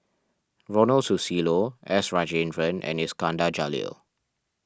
Ronald Susilo S Rajendran and Iskandar Jalil